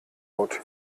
out